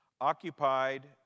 occupied